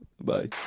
Bye